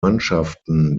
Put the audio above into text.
mannschaften